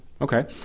Okay